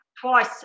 Twice